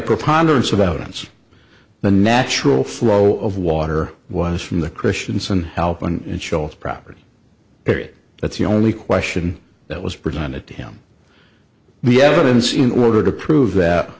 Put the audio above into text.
preponderance of evidence the natural flow of water was from the christianson help and shoals property period that's the only question that was presented to him the evidence in order to prove that